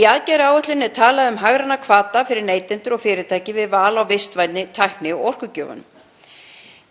Í aðgerðaáætluninni er talað um hagræna hvata fyrir neytendur og fyrirtæki við val á vistvænni tækni og orkugjöfum.